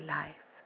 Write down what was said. life